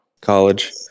College